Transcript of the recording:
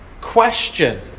question